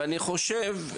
ואני חושב,